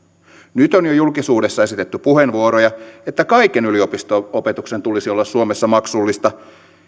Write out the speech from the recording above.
nyt on jo julkisuudessa esitetty puheenvuoroja että kaiken yliopisto opetuksen tulisi olla suomessa maksullista